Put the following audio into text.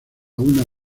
una